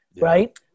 right